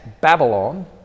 Babylon